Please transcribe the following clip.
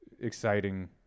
exciting